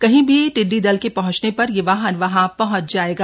कहीं भी टिड्डी दल के पहुंचने पर यह वाहन वहां पहुंच जाएगा